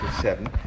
seven